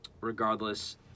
regardless